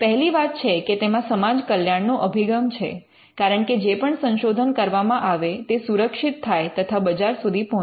પહેલી વાત છે કે તેમાં સમાજ કલ્યાણ નો અભિગમ છે કારણ કે જે પણ સંશોધન કરવામાં આવે તે સુરક્ષિત થાય તથા બજાર સુધી પહોંચે